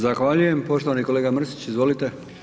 Zahvaljujem, poštovani kolega Mrsić, izvolite.